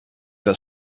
das